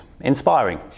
inspiring